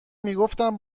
میگفتم